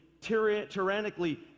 tyrannically